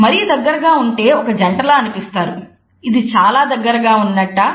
మరీ దగ్గరగా ఉంటే ఒక జంట లా అనిపిస్తారు ఇది చాలా దగ్గరగా ఉన్నట్టా